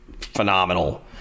phenomenal